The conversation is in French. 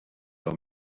leur